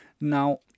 Now